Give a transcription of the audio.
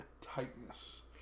tightness